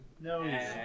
No